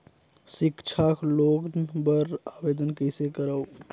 सिक्छा लोन बर आवेदन कइसे करव?